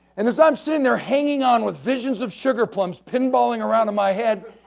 and as i'm sitting, they're hanging on with visions of sugar plums pin balling around in my head,